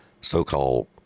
so-called